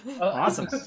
Awesome